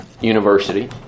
University